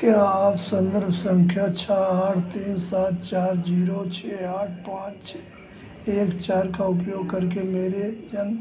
क्या आप संदर्भ संख्या छः आठ तीन सात चार जीरो छः आठ पाँच छः एक चार का उपयोग करके मेरे जन्म